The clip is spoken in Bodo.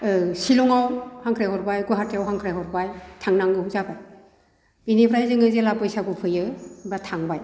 शिलंआव हांख्राइहरबाय गुवाहाटीआव हांख्राइहरबाय थांनांगौ जाबाय बेनिफ्राय जोङो जेला बैसागु फैयो होनबा थांबाय